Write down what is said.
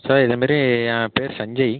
sir இது மாரி என் பேர் சஞ்சய்